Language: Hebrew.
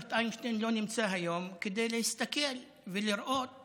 שאלברט איינשטיין לא נמצא היום כדי להסתכל ולראות